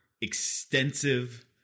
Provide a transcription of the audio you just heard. extensive